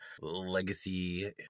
legacy